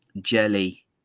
jelly